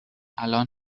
الان